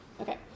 Okay